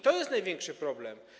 to jest największy problem.